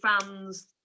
fans